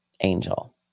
angel